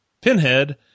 Pinhead